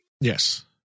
Yes